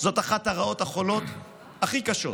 זו אחת הרעות החולות הכי קשות,